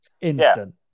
Instant